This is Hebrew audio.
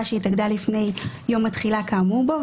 שהתאגדה לפני יום התחילה כאמור בו,